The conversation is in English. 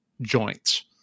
joints